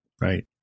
Right